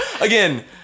again